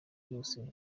zose